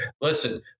listen